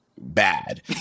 bad